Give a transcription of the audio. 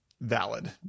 valid